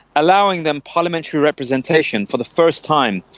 allowing them parliamentary representation for the first time.